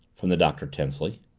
from the doctor tensely.